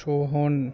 Shohan